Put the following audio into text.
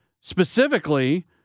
specifically